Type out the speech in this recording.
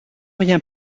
rien